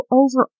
over